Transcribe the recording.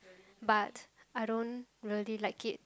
but I don't really like it